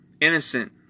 Innocent